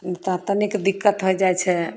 तऽ तनिक दिक्कत हो जाइ छै